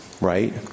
right